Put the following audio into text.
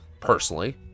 personally